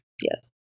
Yes